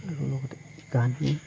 আৰু লগতে গান মোৰ